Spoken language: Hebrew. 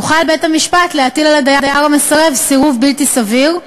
יוכל בית-המשפט להטיל על הדייר המסרב סירוב בלתי סביר,